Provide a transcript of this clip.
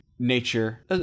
Nature